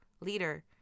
leader